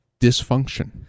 dysfunction